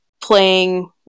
playing